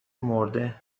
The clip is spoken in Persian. مرده